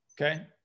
Okay